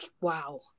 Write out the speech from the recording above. wow